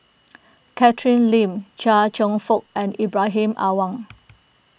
Catherine Lim Chia Cheong Fook and Ibrahim Awang